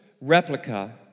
replica